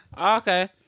Okay